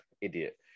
Idiot